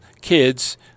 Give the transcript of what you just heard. kids